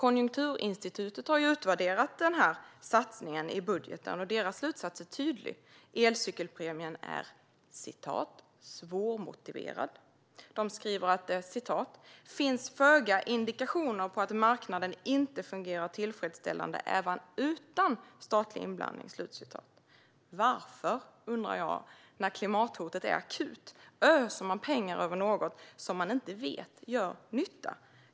Konjunkturinstitutet har ju utvärderat satsningen i budgeten, och deras slutsats är tydlig: Elcykelpremien är "svårmotiverad". De skriver att det finns "föga indikationer på att marknaden inte fungerar tillfredsställande även utan statlig inblandning". Varför, undrar jag, när klimathotet är akut, öser man pengar över något som man inte vet gör nytta?